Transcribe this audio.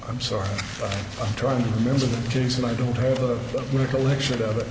i'm sorry i'm trying to remember the case and i don't have a recollection of